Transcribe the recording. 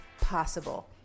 possible